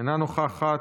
אינה נוכחת,